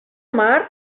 mar